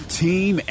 team